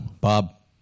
Bob